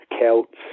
Celts